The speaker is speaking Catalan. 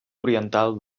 oriental